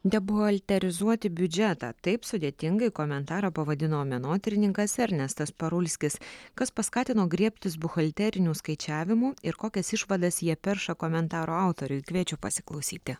debuhalterizuoti biudžetą taip sudėtingai komentarą pavadino menotyrininkas ernestas parulskis kas paskatino griebtis buhalterinių skaičiavimų ir kokias išvadas jie perša komentaro autoriui kviečia pasiklausyti